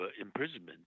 imprisonment